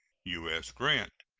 u s. grant.